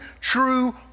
true